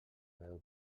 veu